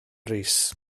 rees